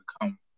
come